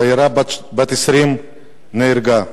צעירה בת 20 נהרגה,